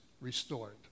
restored